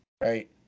Right